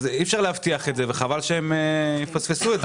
אי-אפשר להבטיח את זה וחבל שהם יפספסו את זה.